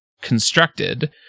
constructed